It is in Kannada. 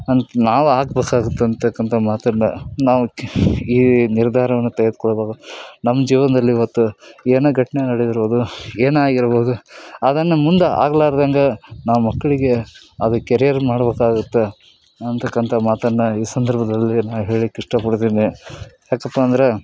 ಅಂತ ನಾವು ಆಗ್ಬೇಕಾಗುತ್ತೆ ಅಂತಕ್ಕಂಥ ಮಾತನ್ನು ನಾವು ಈ ನಿರ್ಧಾರವನ್ನ ತೆಗೆದ್ಕೊಳ್ಬೋದು ನಮ್ಮ ಜೀವನದಲ್ಲಿ ಇವತ್ತು ಏನೇ ಘಟನೆ ನಡೆದಿರ್ಬೋದು ಏನಾಗಿರ್ಬೋದು ಅದನ್ನು ಮುಂದೆ ಆಗ್ಲಾರ್ದಂತೆ ನಾವು ಮಕ್ಕಳಿಗೆ ಅದು ಕೆರಿಯರ್ ಮಾಡಬೇಕಾಗತ್ತೆ ಅಂತಕ್ಕಂಥ ಮಾತನ್ನು ಈ ಸಂದರ್ಭದಲ್ಲಿ ನಾನು ಹೇಳ್ಲಿಕ್ಕೆ ಇಷ್ಟಪಡ್ತೀನಿ ಯಾಕಪ್ಪ ಅಂದರೆ